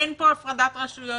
אין פה הפרדת רשויות.